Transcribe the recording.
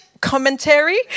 commentary